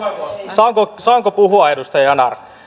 saanko saanko puhua edustaja yanar